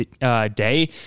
day